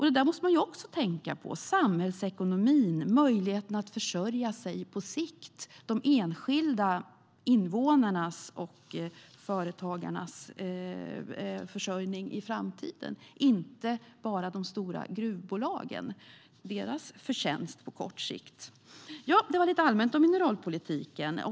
Det måste man också tänka på: samhällsekonomin och möjligheten att försörja sig på sikt, de enskilda invånarnas och företagarnas försörjning i framtiden, inte bara de stora gruvbolagen och deras förtjänst på kort sikt. Det var lite allmänt om mineralpolitiken.